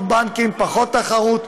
פחות תחרות,